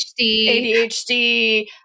ADHD